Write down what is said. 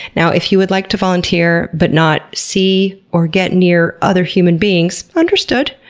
now, if you would like to volunteer but not see or get near other human beings? understood.